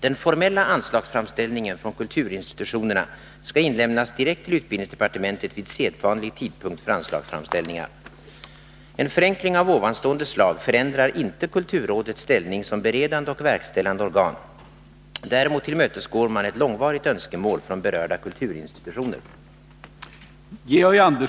Den formella anslagsframställningen från kulturinstitutionerna skall inlämnas direkt till utbildningsdepartementet vid sedvanlig tidpunkt för anslagsframställningar. En förenkling av detta slag förändrar inte kulturrådets ställning som beredande och verkställande organ. Däremot tillmötesgår man ett långvarigt önskemål från berörda kulturinstitutioner.